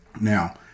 Now